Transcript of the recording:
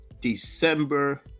December